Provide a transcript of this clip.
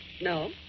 No